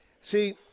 see